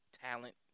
talent